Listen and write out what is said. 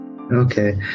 Okay